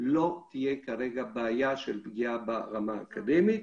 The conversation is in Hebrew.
לא תהיה כרגע בעיה של פגיעה ברמה האקדמית.